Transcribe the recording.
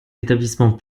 établissements